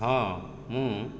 ହଁ ମୁଁ